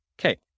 Okay